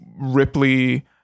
Ripley